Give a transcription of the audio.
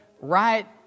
right